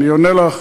אני עונה לך,